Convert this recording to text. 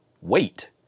wait